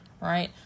right